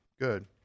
Good